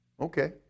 Okay